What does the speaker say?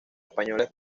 españoles